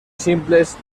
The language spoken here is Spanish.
simples